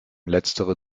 letztere